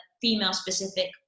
female-specific